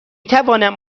توانم